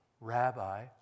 Rabbi